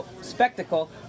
spectacle